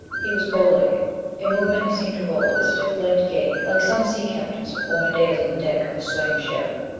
he was bow-legged in movement he seemed to roll with a stiff-legged gait like some sea captains of former days on the deck of his swaying ship.